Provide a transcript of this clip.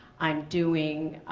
i'm doing